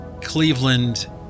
Cleveland